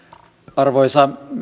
arvoisa